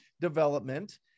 development